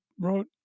wrote